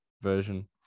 version